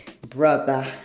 brother